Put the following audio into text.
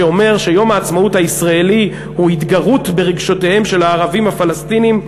שאומר שיום העצמאות הישראלי הוא התגרות ברגשותיהם של הערבים הפלסטינים.